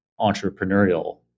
entrepreneurial